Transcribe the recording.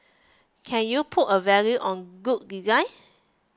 can you put a value on good design